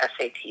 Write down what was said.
SAT